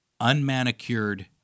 unmanicured